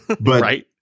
Right